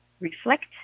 reflect